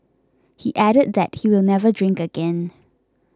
he added that he will never drink again